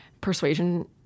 persuasion